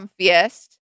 comfiest